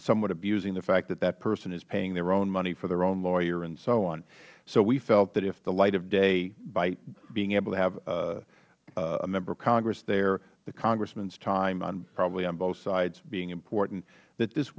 somewhat abusing the fact that that person is paying their own money for their own lawyer and so on so we felt that if the light of day by being able to have a member of congress there the congressman's time probably on both sides being important that this